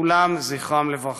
כולם זכרם לברכה.